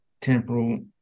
temporal